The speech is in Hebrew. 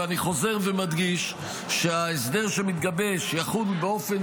ואני חוזר ומדגיש שההסדר שמתגבש יחול באופן